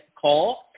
call